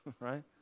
Right